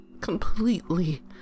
completely